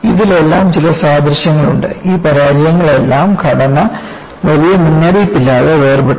ഇതിലെല്ലാം ചില സാദൃശ്യങ്ങൾ ഉണ്ട് ഈ പരാജയങ്ങളിലെല്ലാം ഘടന വലിയ മുന്നറിയിപ്പില്ലാതെ വേർപെട്ടു